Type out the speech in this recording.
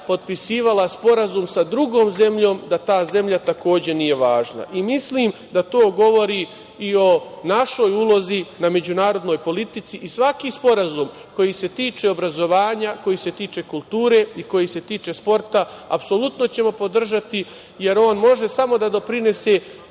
potpisivala sporazum sa drugom zemljom da ta zemlja takođe nije važna. Mislim da to govori i o našoj ulozi na međunarodnoj politici i svaki sporazum koji se tiče obrazovanja, koji se tiče kulture i koji se tiče sporta apsolutno ćemo podržati, jer on može samo da doprinese